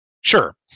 Sure